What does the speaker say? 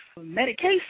medication